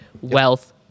wealth